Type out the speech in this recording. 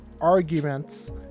Arguments